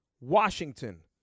Washington